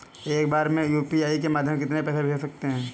एक बार में यू.पी.आई के माध्यम से कितने पैसे को भेज सकते हैं?